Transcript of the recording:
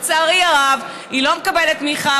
לצערי הרב היא לא מקבלת תמיכה